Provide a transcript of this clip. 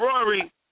Rory